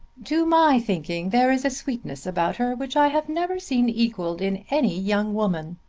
to my thinking there is a sweetness about her which i have never seen equalled in any young woman.